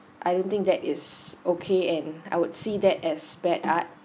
I don't think that is okay and I would see that as bad art